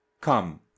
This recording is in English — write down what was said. Come